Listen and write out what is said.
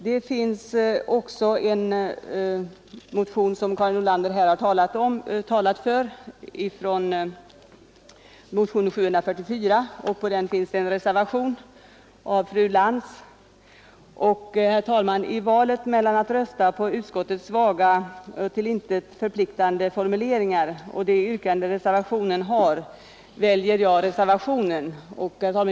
Det finns ytterligare en motion — motionen 744 som Karin Nordlander här talat för. Denna motion har föranlett en reservation av fru Lantz. I valet mellan att rösta för utskottets vaga, till intet förpliktande formuleringar och för reservationens yrkande väljer jag, trots att yrkandet i min motion var delvis annat, reservationen.